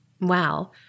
Wow